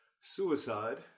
Suicide